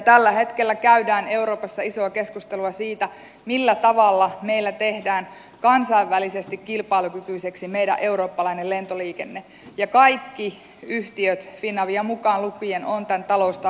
tällä hetkellä käydään euroopassa isoa keskustelua siitä millä tavalla meillä tehdään kansainvälisesti kilpailukykyiseksi meidän eurooppalainen lentoliikenne ja kaikki yhtiöt finavia mukaan lukien ovat tämän taloustarkastelun alla